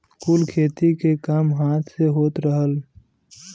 कुल खेती के काम हाथ से होत रहल